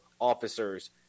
officers